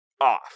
off